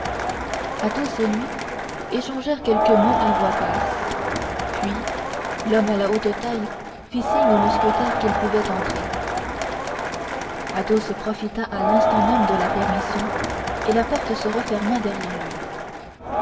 parut athos et lui échangèrent quelques mots à voix basse puis l'homme à la haute taille fit signe au mousquetaire qu'il pouvait entrer athos profita à l'instant même de la permission et la porte se referma derrière lui